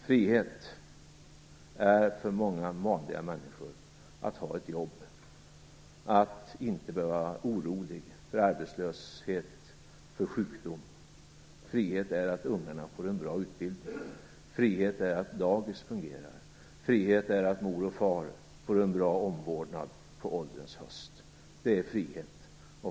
Frihet är för många vanliga människor att ha ett jobb och att inte behöva vara orolig för arbetslöshet och sjukdom. Frihet är att ungarna får en bra utbildning. Frihet är att dagis fungerar. Frihet är att mor och far får en bra omvårdnad på ålderns höst. Det är frihet!